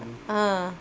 ah